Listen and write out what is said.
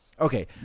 okay